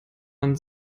man